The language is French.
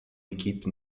équipe